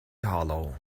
hollow